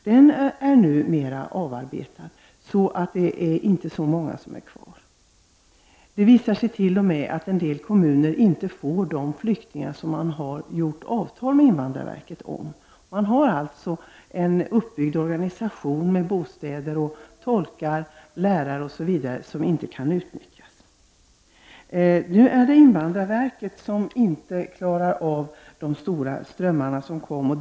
Den gruppen är numera avarbetad, och det är inte så många som är kvar. Det visar sig t.o.m. att en del kommuner inte får de flyktingar som de har träffat avtal med invandrarverket om. Man har alltså en uppbyggd organisation med bostäder, tolkar, lärare osv. som inte kan utnyttjas. Nu är det invandrarverket som inte klarar av de stora flyktingströmmar som kommer.